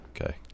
Okay